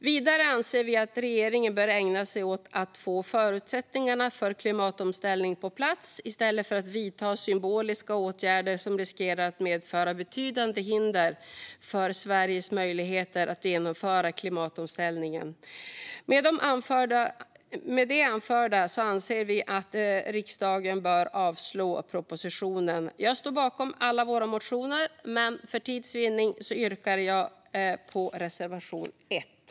Vidare anser vi att regeringen bör ägna sig åt att få förutsättningarna för klimatomställningen på plats i stället för att vidta symboliska åtgärder som riskerar att medföra betydande hinder för Sveriges möjligheter att genomföra klimatomställningen. Med det anförda anser vi att riksdagen bör avslå propositionen. Jag står bakom alla våra motioner, men för tids vinning yrkar jag bifall endast till reservation 1.